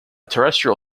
terrestrial